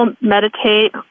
meditate